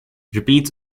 repeats